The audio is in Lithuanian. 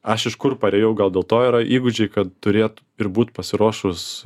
aš iš kur parėjau gal dėl to yra įgūdžiai kad turėt ir būt pasiruošus